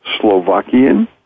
Slovakian